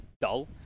dull